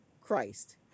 Christ